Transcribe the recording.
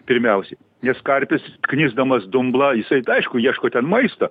pirmiausiai nes karpis knisdamas dumblą jisai tai aišku ieško ten maisto